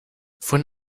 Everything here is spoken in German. von